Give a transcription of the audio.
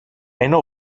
ενώ